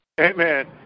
amen